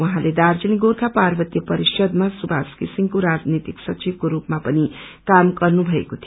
उहाँले दार्जीलिङ गोर्खापार्क्त्य परिषदमा सुवास घिसिङको राजनीतिक सचिवको रूपामा पनि काम गर्नुभएको थियो